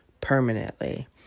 permanently